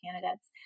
candidates